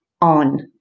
on